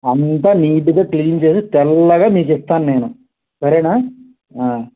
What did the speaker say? అంతా నీట్గా క్లీన్ చేసి తెల్లగా మీకు ఇస్తాను నేను సరేనా